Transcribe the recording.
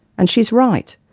and she's right.